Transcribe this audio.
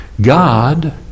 God